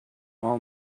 all